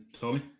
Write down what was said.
Tommy